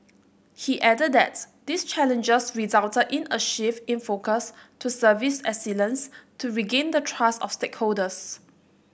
he added that these challenges resulted in a shift in focus to service excellence to regain the trust of stakeholders